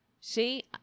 see